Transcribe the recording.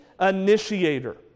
initiator